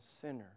sinner